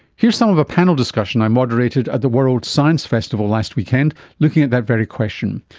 here's some of a panel discussion i moderated at the world science festival last weekend looking at that very question.